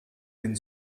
den